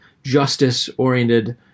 justice-oriented